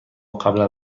قبلا